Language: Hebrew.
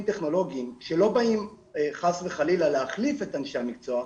טכנולוגיים שלא באים חלילה להחליף את אנשי המקצוע,